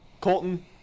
Colton